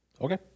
Okay